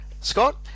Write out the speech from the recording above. Scott